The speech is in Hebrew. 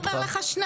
הוא אומר לך שניים.